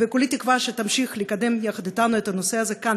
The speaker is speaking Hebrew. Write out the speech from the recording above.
וכולי תקווה שתמשיך לקדם יחד אתנו את הנושא הזה כאן,